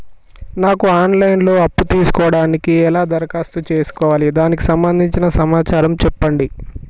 నాకు online లో అప్పు తీసుకోవడానికి ఎలా దరఖాస్తు చేసుకోవాలి దానికి సంబంధించిన సమాచారం చెప్పండి?